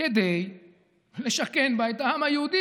כדי לשכן בה את העם היהודי,